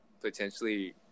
potentially